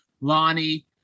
Lonnie